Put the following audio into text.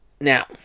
now